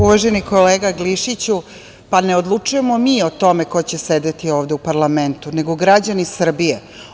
Uvaženi kolega Glišiću, pa ne odlučujemo mi o tome ko će sedeti ovde u parlamentu, nego građani Srbije.